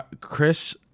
Chris